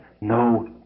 no